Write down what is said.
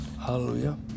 Hallelujah